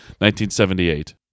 1978